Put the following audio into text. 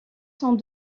sont